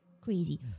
crazy